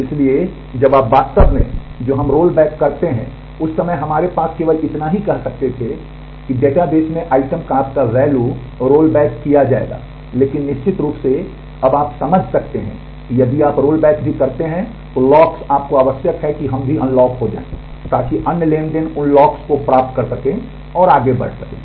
इसलिए जब आप वास्तव में जो हम रोलबैकको प्राप्त कर सकें और आगे बढ़ सकें